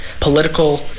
political